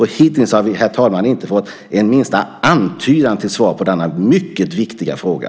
Hittills har vi, herr talman, inte fått minsta antydan till svar på denna mycket viktiga fråga.